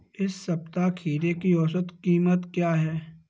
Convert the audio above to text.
इस सप्ताह खीरे की औसत कीमत क्या है?